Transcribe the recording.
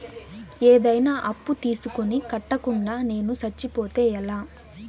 ఏదైనా అప్పు తీసుకొని కట్టకుండా నేను సచ్చిపోతే ఎలా